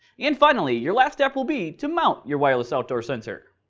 and finally, your last step will be to mount your wireless outdoor sensor.